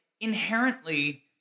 Inherently